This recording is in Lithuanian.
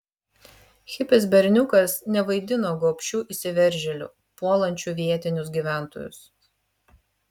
hipis berniukas nevaidina gobšių įsiveržėlių puolančių vietinius gyventojus